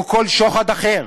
או כל שוחד אחר.